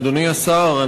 אדוני השר,